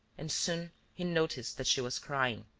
and soon he noticed that she was crying.